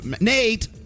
Nate